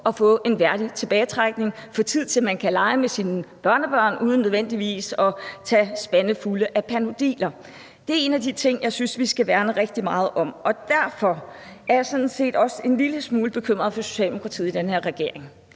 at få en værdig tilbagetrækning og få tid til at lege med deres børnebørn uden nødvendigvis at skulle tage spandevis af Panodiler. Det er en af de ting, jeg synes vi skal værne rigtig meget om. Derfor er jeg sådan set også en lille smule bekymret for Socialdemokratiet i den her regering.